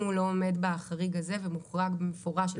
אם הוא לא עומד בחריג הזה ומוחרג במפורש.